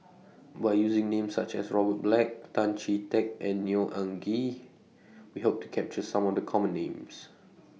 By using Names such as Robert Black Tan Chee Teck and Neo Anngee We Hope to capture Some of The Common Names